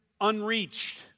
unreached